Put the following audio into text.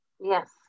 Yes